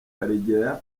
karegeya